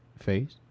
Face